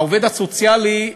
העובד הסוציאלי,